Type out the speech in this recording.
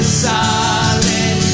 solid